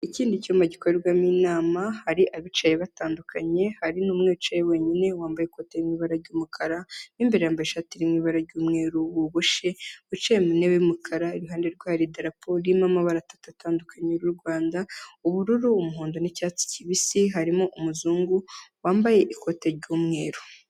Iki ni icyumba gikorerwamo inama hari abicaye batandukanye hari n'umwe wicaye wenyine wambaye ikote mu ibara ry’umukara mo imbere yambaye ishati irimo ibara ry’umweru wogoshe wicaye mu ntebe y’umukara iruhande rwe hari idarapo ririmo amabara atatu atandukanye y’urwanda ubururu, umuhondo n'icyatsi kibisi harimo umuzungu wambaye ikote ry'umweru.